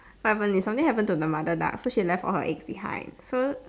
what happen is something happened to the mother duck so she left all her eggs behind so